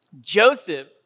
Joseph